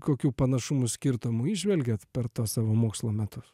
kokių panašumų skirtumų įžvelgiat per tuos savo mokslo metus